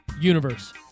universe